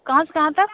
कहाँ से कहाँ तक